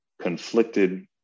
conflicted